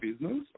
business